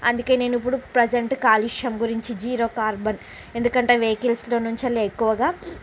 అందుకే నేనిప్పుడు ప్రెజంటు కాలుష్యం గురించి జీరో కార్బన్ ఎందుకంటే వెహికల్స్లో నుంచి చాలా ఎక్కువుగా